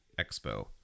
Expo